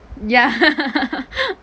ya